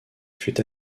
fut